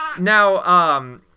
Now